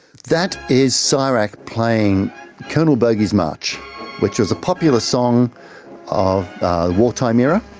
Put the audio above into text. that is so csirac playing colonel bogey's march which was a popular song of the wartime era.